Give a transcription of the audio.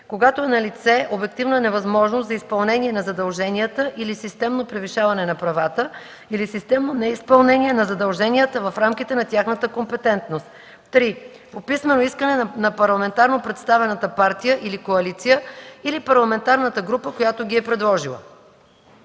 когато е налице обективна невъзможност за изпълнение на задълженията или системно превишаване на правата, или системно неизпълнение на задълженията в рамките на тяхната компетентност; 3. по писмено искане на парламентарно представената партия или коалиция, или парламентарната група, която ги е предложила.